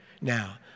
Now